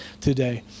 today